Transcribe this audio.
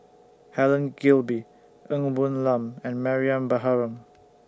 Helen Gilbey Ng Woon Lam and Mariam Baharom